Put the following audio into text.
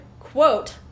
quote